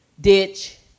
Ditch